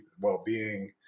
well-being